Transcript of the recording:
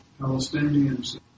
Palestinians